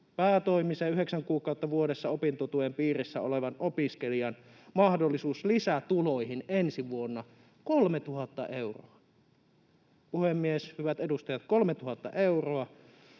Päätoimisen, yhdeksän kuukautta vuodessa opintotuen piirissä olevan opiskelijan mahdollisuus lisätuloihin ensi vuonna: 3 000 euroa — puhemies, hyvät edustajat, 3 000 euroa